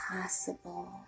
possible